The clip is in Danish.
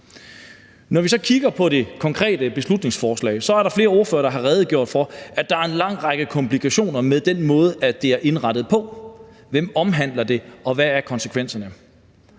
Når vi så kigger på det konkrete beslutningsforslag, er der flere ordførere, der har redegjort for, at der er en lang række komplikationer med hensyn til den måde, det er indrettet på. Hvem omhandler det, og hvad er konsekvenserne?